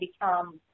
become